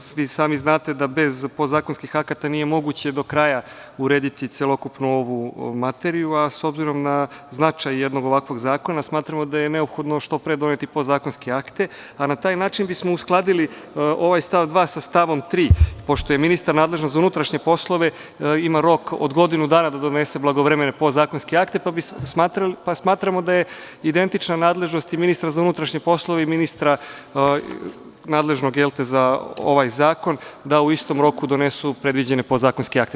Sami znate da bez podzakonskih akata nije moguće do kraja urediti celokupnu ovu materiju, a s obzirom na značaj jednog ovakvog zakona smatramo da je neophodno što pre doneti podzakonske akte, a na taj način bismo uskladili ovaj stav 2. sa stavom 3. pošto je ministar nadležan za unutrašnje poslove i ima rok od godinu dana da donese blagovremene podzakonske akte, pa smatramo da je identična nadležnost i ministra za unutrašnje poslove i ministra nadležnog za ovaj zakon da u istom roku donesu predviđene podzakonske akte.